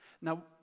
Now